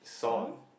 song